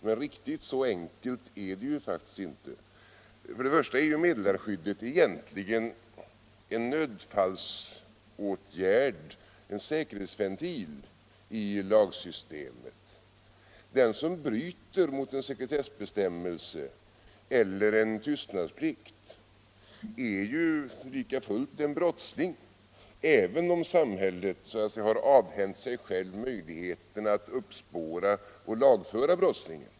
Men riktigt så enkelt är det faktiskt inte. Meddelarskyddet är egentligen en nödfallsåtgärd, en säkerhetsventil i lagsystemet. Den som bryter mot en sekretessbestämmelse eller en tystnadsplikt är ju likafullt en brottsling, även om samhället så att säga har avhänt sig möjligheten att uppspåra och lagföra brottslingen.